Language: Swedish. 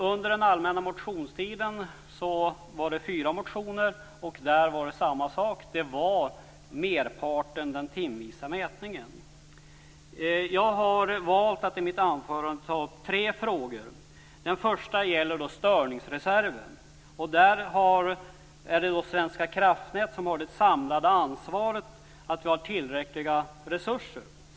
Under allmänna motionstiden väcktes fyra motioner. Där är det samma sak. Merparten handlar om den timvisa mätningen. Jag har valt att i mitt anförande ta upp tre frågor. Den första frågan gäller störningsreserven. Där har Svenska Kraftnät det samlade ansvaret för att vi har tillräckliga resurser.